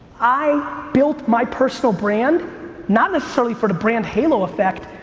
i built my personal brand not necessarily for the brand halo effect,